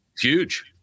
Huge